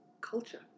culture